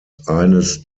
eines